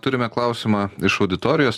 turime klausimą iš auditorijos